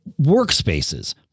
workspaces